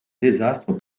désastre